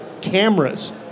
cameras